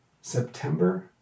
September